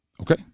Okay